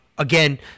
Again